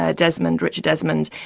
ah desmond, richard desmond,